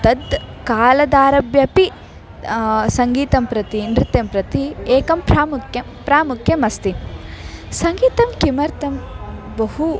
तद् कालदारभ्योपि सङ्गीतं प्रति नृत्यं प्रति एकं प्रामुख्यं प्रामुख्यम् अस्ति सङ्गीतं किमर्थं बहु